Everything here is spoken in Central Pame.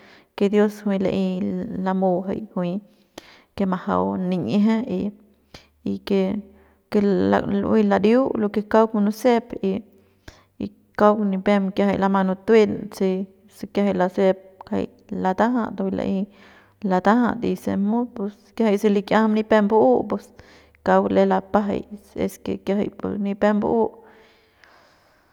Que dios juiy le'y la mujay juiy ke majau nin'ieje y que que lu'uey lariu lo que kauk munusep y kauk kiajay nipem manutuen se se kiajay lasep jay latajat la'ey latajat y se mut pus kiajay se lik'iajam ni pep mbu pus kauk lem lapajay si es que kiajay nipep mbu'u.